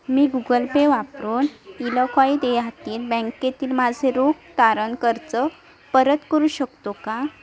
मी Google pay वापरून एलाक्वाई देहाती बँकेतील माझे रोख तारण कर्ज परत करू शकतो का